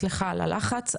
סליחה על הלחץ,